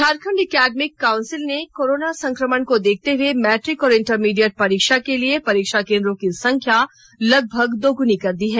Jharkhand academic council ने corona संक्रमण को देखते हुए मैट्रिक और इंटरमीडिएट परीक्षा के लिए परीक्षा केंद्रों की संख्या लगभग दोगुनी कर दी है